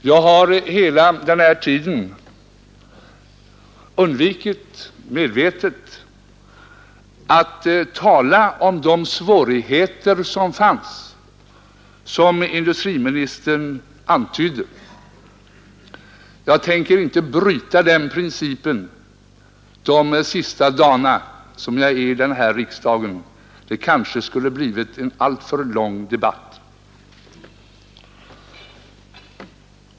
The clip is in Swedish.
Jag har hela den här tiden medvetet undvikit att tala om de svårigheter som fanns och som industriministern antydde. Jag tänker inte bryta den principen de sista dagarna som jag är här i riksdagen; det kanske skulle bli en alltför lång debatt.